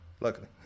luckily